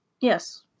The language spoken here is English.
Yes